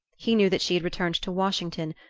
he knew that she had returned to washington,